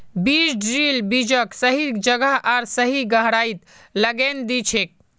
बीज ड्रिल बीजक सही जगह आर सही गहराईत लगैं दिछेक